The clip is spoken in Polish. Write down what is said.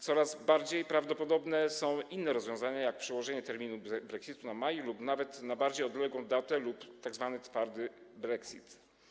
Coraz bardziej prawdopodobne są inne rozwiązania, jak przełożenie terminu brexitu na maj lub nawet na bardziej odległą datę albo tzw. twardy brexit.